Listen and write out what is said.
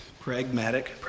pragmatic